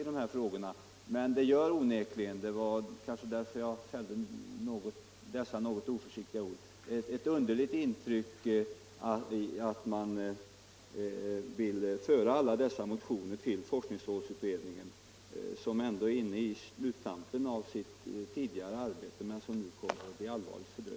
Men jag fällde mina kanske något oförsiktiga ord, därför att det onekligen gör ett underligt intryck att man vill föra över alla dessa motioner till forskningsrådsutredningen som ändå är inne i sluttampen av sitt tidigare arbete men som nu kommer att bli allvarligt fördröjd.